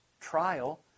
trial